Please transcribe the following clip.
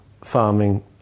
farming